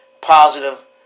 positive